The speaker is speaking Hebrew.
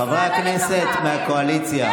חברי הכנסת מהקואליציה.